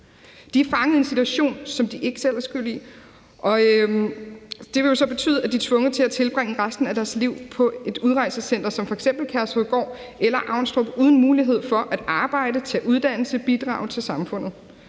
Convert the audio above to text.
De er fanget i en situation, som de ikke selv er skyld i, og det vil jo så betyde, at de er tvunget til at tilbringe resten af deres liv på et udrejsecenter som f.eks. Kærshovedgård eller Avnstrup uden mulighed for at arbejde, tage uddannelse, bidrage til samfundet.